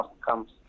comes